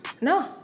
No